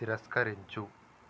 తిరస్కరించు